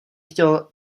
chtěl